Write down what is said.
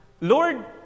Lord